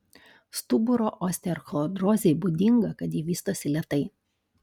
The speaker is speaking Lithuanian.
stuburo osteochondrozei būdinga kad ji vystosi lėtai